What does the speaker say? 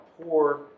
poor